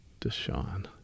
Deshaun